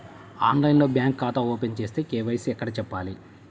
ఆన్లైన్లో బ్యాంకు ఖాతా ఓపెన్ చేస్తే, కే.వై.సి ఎక్కడ చెప్పాలి?